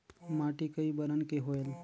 माटी कई बरन के होयल?